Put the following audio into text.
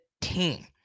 team